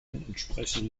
entsprechen